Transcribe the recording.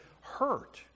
hurt